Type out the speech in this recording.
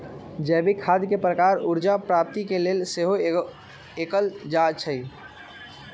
जैविक खाद के प्रयोग ऊर्जा प्राप्ति के लेल सेहो कएल जाइ छइ